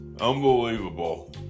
Unbelievable